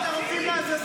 אי.טי.